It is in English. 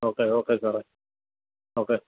okay okay sir okay